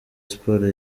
sports